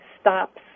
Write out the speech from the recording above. stops